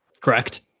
Correct